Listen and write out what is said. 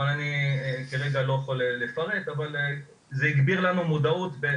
אני כרגע לא יכול לפרט, אבל זה הגביר לנו מודעות.